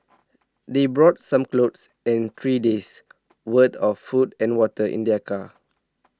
they brought some clothes and three days' worth of food and water in their car